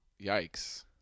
Yikes